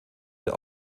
der